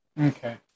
Okay